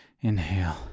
inhale